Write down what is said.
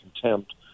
contempt